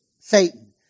Satan